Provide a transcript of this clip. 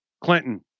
Clinton